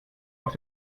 auf